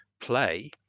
play